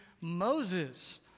Moses